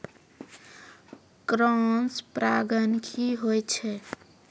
Cross परागण की होय छै?